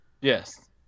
Yes